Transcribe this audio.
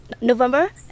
november